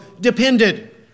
depended